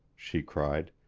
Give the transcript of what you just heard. she cried.